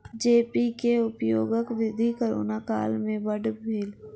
जी pay के उपयोगक वृद्धि कोरोना काल में बड़ भेल